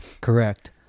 correct